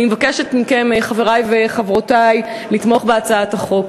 אני מבקשת מכם, חברי וחברותי, לתמוך בהצעת החוק.